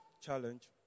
challenge